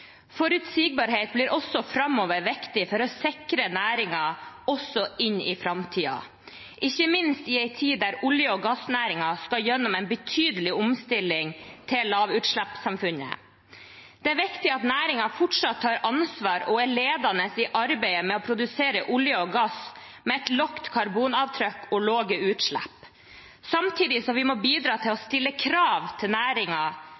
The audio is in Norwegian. Forutsigbarhet blir også framover viktig for å sikre næringen inn i framtiden, ikke minst i en tid der olje- og gassnæringen skal igjennom en betydelig omstilling til lavutslippssamfunnet. Det er viktig at næringen fortsatt tar ansvar og er ledende i arbeidet med å produsere olje og gass med et lavt karbonavtrykk og lave utslipp, samtidig som vi må bidra til å stille krav til